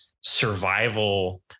survival